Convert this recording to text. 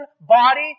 body